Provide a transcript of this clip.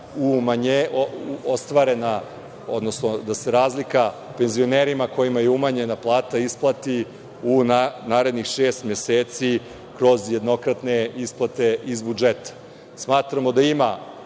da se razlika penzionerima kojima je umanjena penzija isplati u narednih šest meseci kroz jednokratne isplate iz budžeta. Smatramo da ima